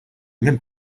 minn